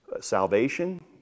salvation